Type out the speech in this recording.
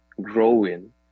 growing